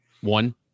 one